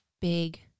big